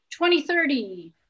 2030